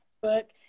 book